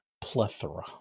Plethora